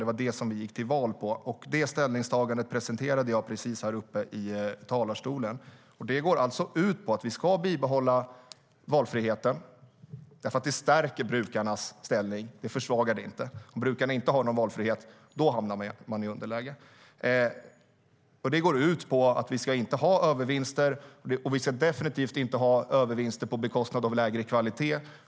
Det var det som vi gick till val på. Det ställningstagandet presenterade jag precis i talarstolen. Det går alltså ut på att vi ska bibehålla valfriheten, eftersom det stärker brukarnas ställning. Det försvagar den inte. Det är om brukarna inte har någon valfrihet som de hamnar i underläge. Ställningstagandet går ut på att vi inte ska ha övervinster. Vi ska definitivt inte ha övervinster på bekostnad av lägre kvalitet.